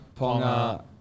Ponga